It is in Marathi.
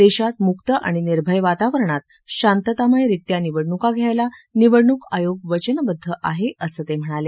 देशात मुक्त आणि निर्भय वातावरणात शांततामय रीत्या निवडणूका घ्यायला निवडणूक आयोग वचनबद्ध आहे असं ते म्हणाले